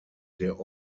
der